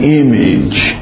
image